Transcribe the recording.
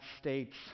States